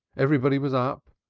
everybody was up,